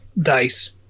dice